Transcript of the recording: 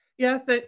Yes